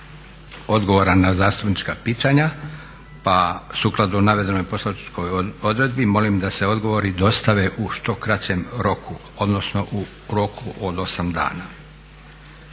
odgovora na zastupnička pitanja pa sukladno navedenoj poslovničkoj odredbi molim da se odgovori dostave u što kraćem roku, odnosno u roku od 8 dana.